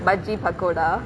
bajji pakoda pakkodaa